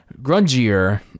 grungier